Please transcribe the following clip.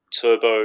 Turbo